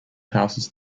houses